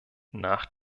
nach